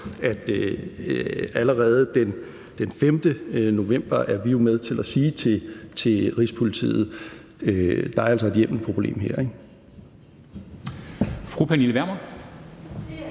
at allerede den 5. november er vi med til at sige til Rigspolitiet: Der er altså et hjemmelproblem her.